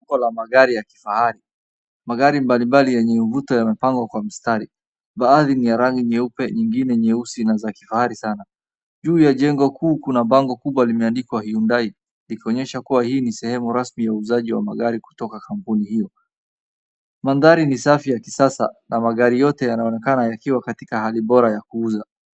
Onekano la magari ya kifahari. Magari mbalimbali yenye uvuta yanapangwa kwa mistari. Baadhi ni ya rangi nyeupe, ingine nyeusi na za kifahari sana. Juu ya jengo huu kuna mbango kubwa limeandikwa Hyundai, likionyesha kuwa hii ni sehemu rasmi ya uuzaji wa magari kutoka kampuni hiyo. Mandhari ni safi ya kisasa na magari yote yanaonekana yakiwa katika hali bora ya kuuza.